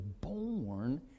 born